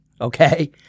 okay